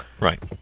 right